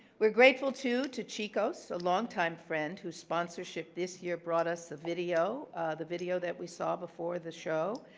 we're grateful to to chico's, a longtime friend whose sponsorship this year brought us the video the video that we saw before the show